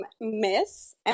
Miss